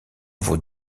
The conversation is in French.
vos